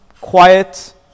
Quiet